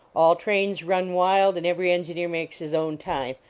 all trains run wild and every engineer makes his own time,